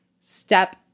step